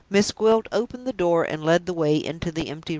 miss gwilt opened the door and led the way into the empty room.